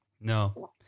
No